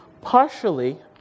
Partially